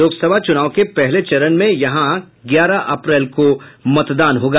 लोकसभा चुनाव के पहले चरण में यहां ग्यारह अप्रैल को मतदान होगा